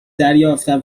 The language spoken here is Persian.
دریافتم